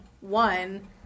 one